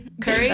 curry